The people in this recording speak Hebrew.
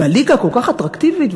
והליגה כל כך אטרקטיבית,